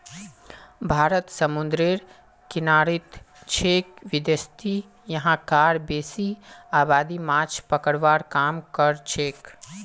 भारत समूंदरेर किनारित छेक वैदसती यहां कार बेसी आबादी माछ पकड़वार काम करछेक